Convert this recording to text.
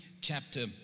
chapter